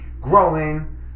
growing